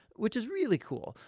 which is really cool,